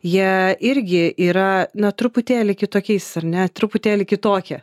jie irgi yra na truputėlį kitokiais ar ne truputėlį kitokie